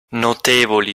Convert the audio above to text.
notevoli